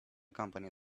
company